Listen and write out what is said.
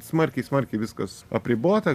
smarkiai smarkiai viskas apribota